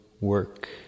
work